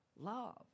love